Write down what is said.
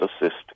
assist